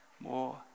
more